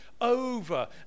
over